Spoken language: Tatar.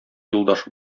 юлдаш